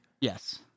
Yes